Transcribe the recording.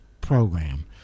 program